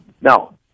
Now